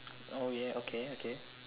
oh ya okay okay